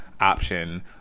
option